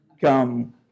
come